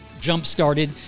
jump-started